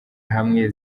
hamwe